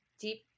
deep